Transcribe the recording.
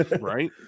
right